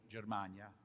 Germania